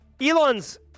Elon's